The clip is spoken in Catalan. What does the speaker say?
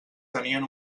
tenien